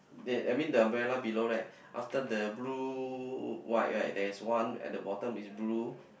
that I mean the umbrella below right after the blue white right there is one at the bottom is blue